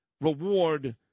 reward